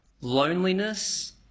loneliness